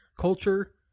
culture